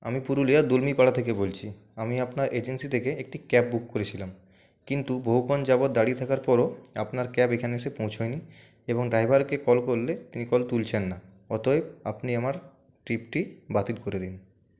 আমি পুরুলিয়ার দুলনি পাড়া থেকে বলছি আমি আপনার এজেন্সি থেকে একটি ক্যাব বুক করেছিলাম কিন্তু বহুক্ষণ যাবত দাঁড়িয়ে থাকার পরেও আপনার ক্যাব এখানে এসে পৌঁছোয়নি এবং ড্রাইভারকে কল করলে তিনি কল তুলছেন না অতএব আপনি আমার ট্রিপটি বাতিল করে দিন